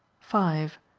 five.